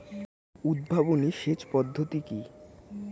উদ্ভাবনী সেচ পদ্ধতি কি?